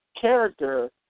character